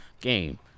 game